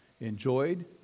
enjoyed